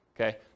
Okay